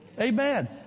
Amen